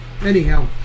anyhow